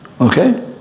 okay